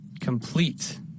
complete